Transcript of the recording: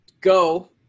go